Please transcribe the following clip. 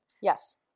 Yes